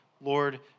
Lord